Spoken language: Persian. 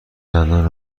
دندان